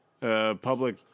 public